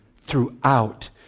throughout